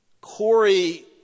Corey